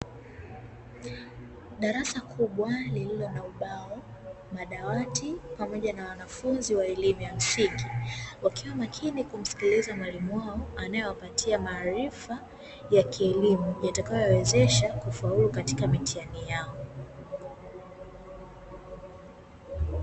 Darasa kubwa lililo na ubao, madawati pamoja na wanafunzi wa elimu ya msingi, wakiwa makini kumsikiliza mwalimu wao, anayewapatia maarifa ya kielimu, yatakayo wawezesha kufaulu katika mitihani yao.